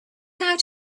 out